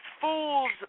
fools